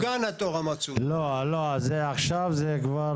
לגבי מפעלים ראויים, עמדתנו היא שזה לא